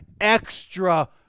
extra